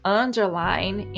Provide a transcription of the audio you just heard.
underline